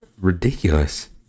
Ridiculous